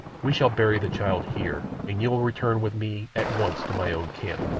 we shall bury the child here, and you will return with me at once to my own camp.